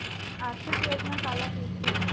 आर्थिक योजना काला कइथे?